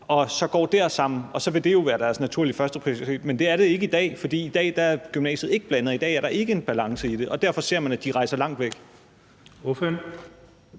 og så går dér sammen, og så vil det jo være deres naturlige førsteprioritet. Men det er det ikke i dag, for i dag er gymnasiet ikke blandet, og i dag er der ikke en balance i det. Derfor ser man, at de rejser langt væk.